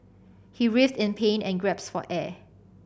he writhed in pain and gasped for air